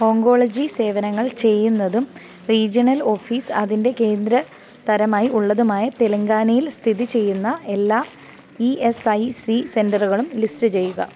oncology സേവനങ്ങൾ ചെയ്യുന്നതും regional office അതിൻ്റെ കേന്ദ്ര തരമായി ഉള്ളതുമായ തെലങ്കാനയിൽ സ്ഥിതി ചെയ്യുന്ന എല്ലാ ഇ എസ് ഐ സി സെൻ്ററുകളും ലിസ്റ്റ് ചെയ്യുക